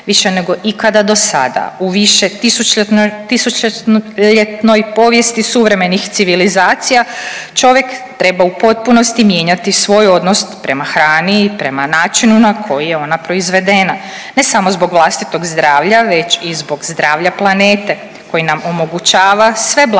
Više nego ikada do sada u višetisućljetnoj povijesti suvremenih civilizacija, čovjek treba u potpunosti mijenjati svoj odnos prema hrani i prema načinu na koji je ona proizvedena, ne samo zbog vlastitog zdravlja, već i zbog zdravlja planete, koji nam omogućava sve blagodati